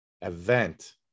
event